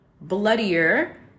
bloodier